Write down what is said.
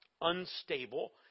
unstable